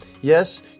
Yes